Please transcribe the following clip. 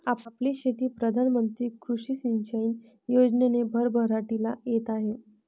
आपली शेती प्रधान मंत्री कृषी सिंचाई योजनेने भरभराटीला येत आहे